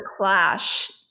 clash